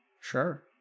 Sure